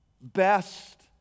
best